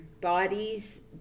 bodies